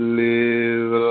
live